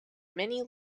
many